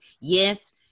yes